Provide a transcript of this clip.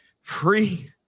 free